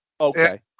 Okay